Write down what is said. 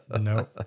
No